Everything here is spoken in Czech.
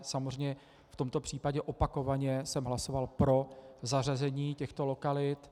Samozřejmě v tomto případě opakovaně jsem hlasoval pro zařazení těchto lokalit.